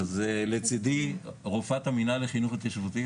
לצדי רופאת המנהל לחינוך התיישבותי,